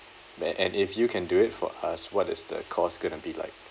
when and if you can do it for us what is the cost gonna be like